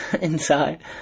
inside